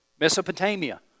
Mesopotamia